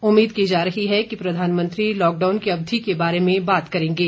उम्मीद की जा रही है कि प्रधानमंत्री लॉकडाउन की अवधि के बारे में बात करेंगे